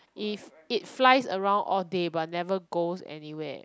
if it flies around all day but never goes anywhere